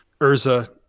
Urza